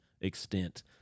Extent